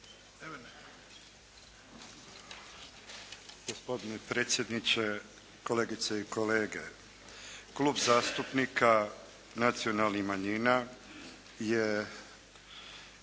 Gospodine predsjedniče, kolegice i kolege. Klub zastupnika Nacionalnih manjina je